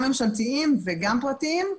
אנשי המקצוע בארץ, גם ממשלתיים וגם פרטיים.